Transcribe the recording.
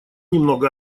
немного